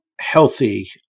healthy